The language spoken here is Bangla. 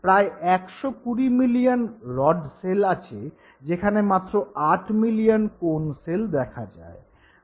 প্রায় ১২০ মিলিয়ন রড সেল আছে যেখানে মাত্র আট মিলিয়ন কোণ সেল দেখা যায়